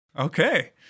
Okay